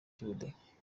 cy’ubudehe